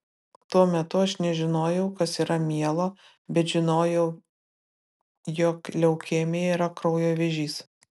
tuo metu aš nežinojau kas yra mielo bet žinojau jog leukemija yra kraujo vėžys